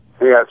Yes